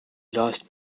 lost